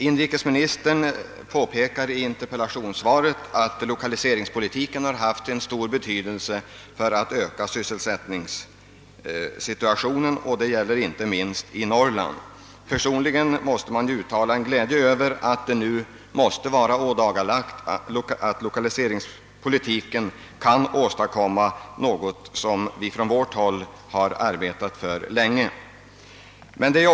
Inrikesministern påpekar i interpellationssvaret att lokaliseringspolitiken har haft stor betydelse för att öka sysselsättningen. Detta gäller inte minst Norrland. Personligen vill jag uttala min glädje över att det nu måste anses ådagalagt att lokaliseringspolitiken, som vi från vårt håll länge har arbetat för, verkligen har stor betydelse.